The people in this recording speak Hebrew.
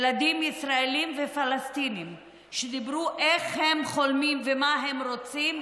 ילדים ישראלים ופלסטינים שדיברו איך הם חולמים ומה הם רוצים,